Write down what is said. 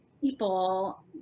people